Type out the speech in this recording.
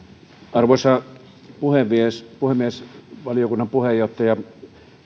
arvoisa puhemies valiokunnan puheenjohtaja